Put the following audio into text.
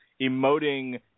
emoting